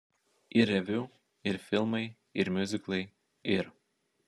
ir reviu ir filmai ir miuziklai ir